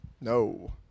No